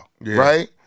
right